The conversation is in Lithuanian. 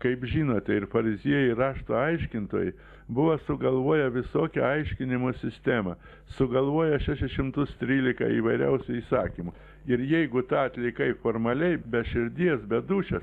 kaip žinote ir fariziejai ir rašto aiškintojai buvo sugalvoję visokie aiškinimo sistemą sugalvoja šešis šimtus trylika įvairiausių įsakymų ir jeigu tą atlikai formaliai be širdies be dūšios